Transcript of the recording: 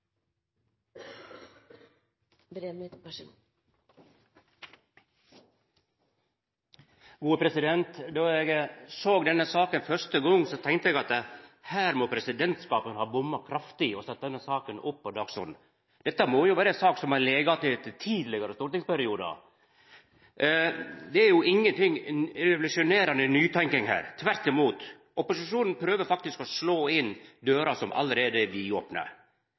Då eg såg denne saka første gong, tenkte eg: Her må presidentskapet ha bomma kraftig – når ein har sett denne saka opp på dagsordenen. Dette må vera ei sak som har lege att frå tidlegare stortingsperiodar. Det er jo ikkje noka revolusjonerande nytenking her. Tvert imot, opposisjonen prøver faktisk å slå inn dører som allereie er vidopne.